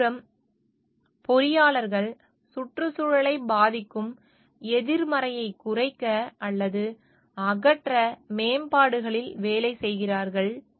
மறுபுறம் பொறியாளர்கள் சுற்றுச்சூழலை பாதிக்கும் எதிர்மறையை குறைக்க அல்லது அகற்ற மேம்பாடுகளில் வேலை செய்கிறார்கள்